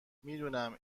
میدونم